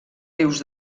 rius